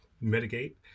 mitigate